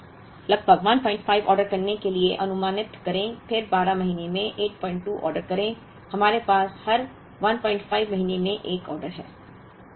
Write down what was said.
हमें प्रति माह लगभग 15 ऑर्डर करने के लिए अनुमानित करें फिर 12 महीनों में 82 ऑर्डर करें हमारे पास हर 15 महीने में एक ऑर्डर है